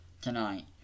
tonight